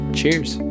Cheers